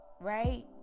Right